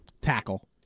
tackle